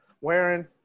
wearing